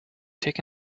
take